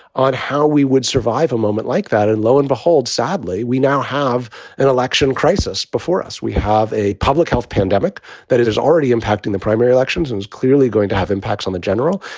on how we would survive a moment like that. and lo and behold, sadly, we now have an election crisis before us. we have a public health pandemic that is already impacting the primary elections and is clearly going to have impacts on the general.